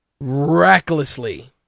recklessly